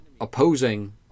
opposing